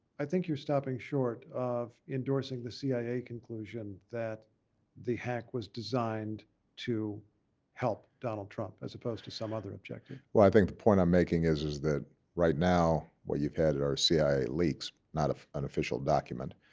i think you're stopping short of endorsing the cia conclusion that the hack was designed to help donald trump as opposed to some other objective. well i think the point i'm making is is that right now what you've had are cia leaks, not of an official document.